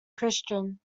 christian